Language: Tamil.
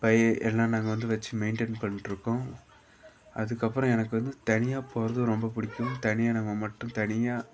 பேயே எல்லாம் நாங்கள் வந்து வைச்சு மெயின்டைன் பண்ணிட்ருக்கோம் அதுக்கப்புறம் எனக்கு வந்து தனியாக போவது ரொம்ப பிடிக்கும் தனியாக நம்ம மட்டும் தனியாக